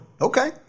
Okay